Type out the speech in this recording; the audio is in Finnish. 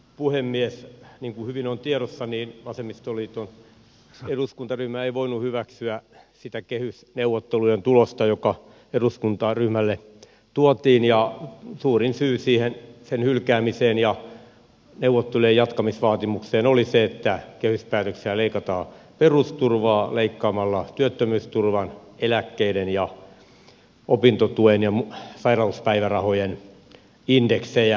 niin kuin hyvin on tiedossa niin vasemmistoliiton eduskuntaryhmä ei voinut hyväksyä sitä kehysneuvottelujen tulosta joka eduskuntaryhmälle tuotiin ja suurin syy sen hylkäämiseen ja neuvottelujen jatkamisvaatimukseen oli se että kehyspäätöksessä leikataan perusturvaa leikkaamalla työttömyysturvan eläkkeiden ja opintotuen ja sairauspäivärahojen indeksejä